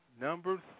Number